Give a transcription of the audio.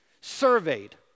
surveyed